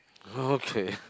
okay